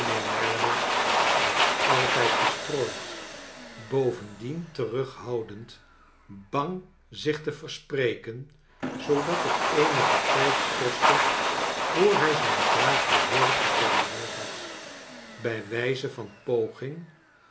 mijnheer merdle was altijd verstrooid bovendien terughoudend bang zich te verspreken zoodat het eenigen tijd kostte voor hij zijn vraag behoorlijk geformuleerd had bij wijze van